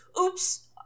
oops